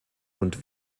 und